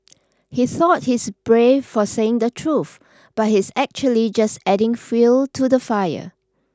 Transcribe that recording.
he thought he's brave for saying the truth but he's actually just adding fuel to the fire